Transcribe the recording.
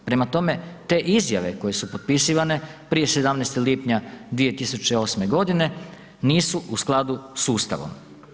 Prema tome, te izjave koje su potpisivane prije 17. lipnja 2008.g. nisu u skladu s Ustavom.